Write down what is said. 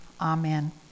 Amen